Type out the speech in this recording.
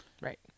Right